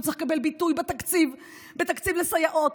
צריך לקבל תקציב, תקציב לסייעות.